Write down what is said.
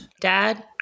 Dad